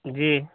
जी